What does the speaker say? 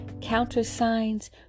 countersigns